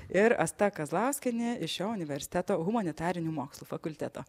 ir asta kazlauskienė iš šio universiteto humanitarinių mokslų fakulteto